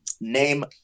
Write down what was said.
name